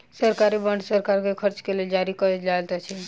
सरकारी बांड सरकार के खर्च के लेल जारी कयल जाइत अछि